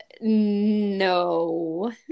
no